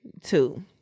Two